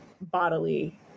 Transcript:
bodily